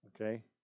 Okay